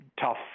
tough